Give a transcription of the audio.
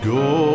go